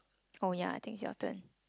oh ya I think is your turn